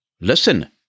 Listen